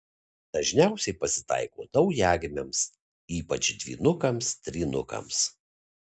dažniausiai pasitaiko naujagimiams ypač dvynukams trynukams